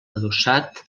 adossat